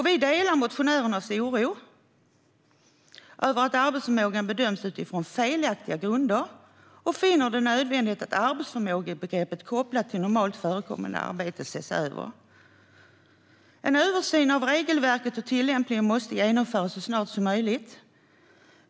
Vi delar motionärernas oro över att arbetsförmågan bedöms utifrån felaktiga grunder och finner det nödvändigt att arbetsförmågebegreppet kopplat till normalt förekommande arbete ses över. En översyn av regelverket och tillämpningen måste genomföras så snart som möjligt.